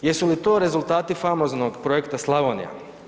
Jesu li to rezultati famoznog projekta „Slavonija“